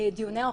דיוני ההוכחות,